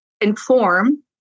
inform